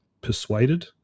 persuaded